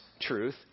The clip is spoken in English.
truth